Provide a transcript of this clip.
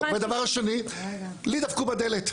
ודבר שני, לי דפקו בדלת.